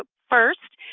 ah first,